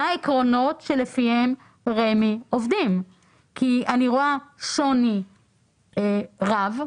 העקרונות לפיהם רמ"י עובדת כי אני רואה שוני רב.